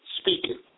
speaking